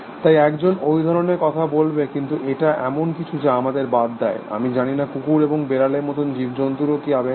তাই একজন ওই ধরণের কথা বলবে কিন্তু এটা এমন কিছু যা আমাদের বাদ দেয় আমি জানি না কুকুর এবং বেড়ালের মতন জীবজন্তুরও কি আবেগ আছে